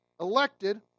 elected